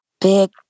big